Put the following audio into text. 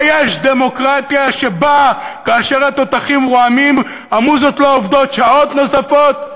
היש דמוקרטיה שבה כאשר התותחים רועמים המוזות לא עובדות שעות נוספות?